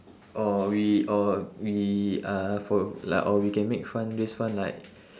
or we or we uh for like or we can make fund raise fund like